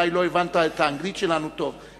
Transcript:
אולי לא הבנת את האנגלית שלנו טוב.